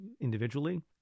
individually